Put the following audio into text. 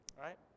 right